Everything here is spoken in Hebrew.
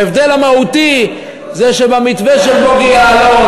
ההבדל המהותי זה שבמתווה של בוגי יעלון